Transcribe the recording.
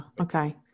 Okay